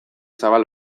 zabal